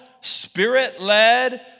spirit-led